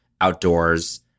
outdoors